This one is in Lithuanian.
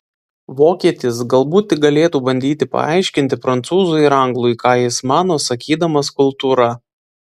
vokietis galbūt tik galėtų bandyti paaiškinti prancūzui ar anglui ką jis mano sakydamas kultūra